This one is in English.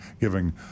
giving